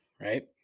right